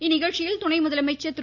இந்நிகழ்ச்சியில் துணை முதலமைச்சர் திரு